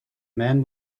men